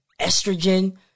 estrogen